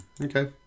okay